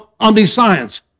omniscience